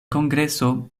kongreso